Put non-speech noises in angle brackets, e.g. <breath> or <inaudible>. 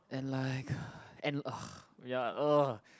and like <breath> and ugh ya ugh